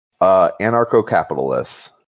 Anarcho-capitalists